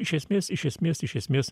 iš esmės iš esmės iš esmės